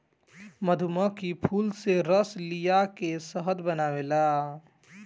मधुमक्खी फूल से रस लिया के शहद बनावेले